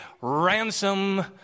ransom